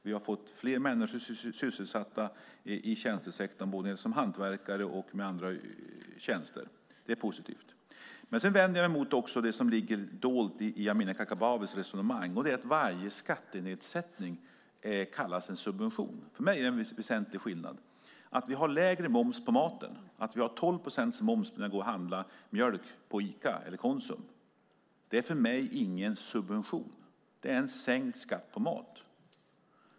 Vi har fått fler människor sysselsatta i tjänstesektorn, både som hantverkare och med andra tjänster. Det är positivt. Jag vänder mig mot det som ligger dolt i Amineh Kakabavehs resonemang: att varje skattenedsättning kallas en subvention. För mig är det en väsentlig skillnad. Vi har lägre moms på maten. Vi har 12 procents moms när vi går och handlar mjölk på Ica eller Konsum. Det är för mig ingen subvention. Det är en sänkt skatt på mat.